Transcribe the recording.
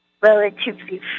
relatively